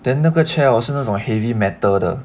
then 那个 chair hor 是那种 heavy metal 的